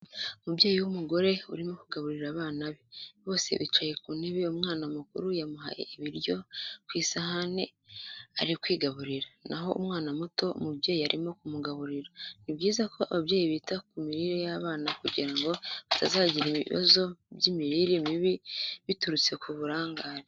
Umubyeyi w'umugore urimo kugaburira abana be, bose bicaye ku ntebe umwana mukuru yamuhaye ibiryo ku isahane ari kwigaburira, naho umwana muto umubyeyi arimo kumugaburira. Ni byiza ko ababyeyi bita ku mirire y'abana kugira ngo batazagira ibibazo by'imirire mibi biturutse ku burangare.